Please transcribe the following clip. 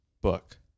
book